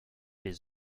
les